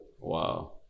Wow